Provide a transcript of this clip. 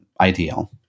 ideal